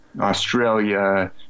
australia